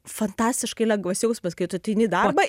fantastiškai lengvas jausmas kai tu ateini į darbą